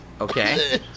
Okay